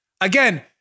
again